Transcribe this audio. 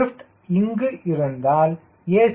lift இங்கு இருந்தால் a